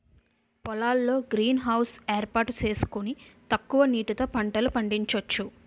పొలాల్లో greenhouse ఏర్పాటు సేసుకొని తక్కువ నీటితో పంటలు పండించొచ్చు